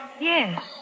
Yes